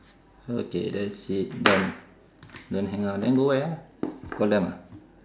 okay that's it done don't hang up then go where ah call them ah